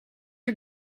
are